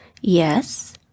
Yes